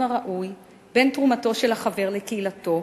הראוי בין תרומתו של החבר לקהילתו,